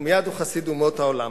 ומייד הוא חסיד אומות עולם.